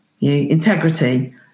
integrity